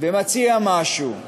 ומציע משהו.